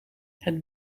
het